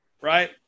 right